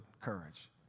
courage